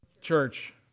Church